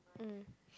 mm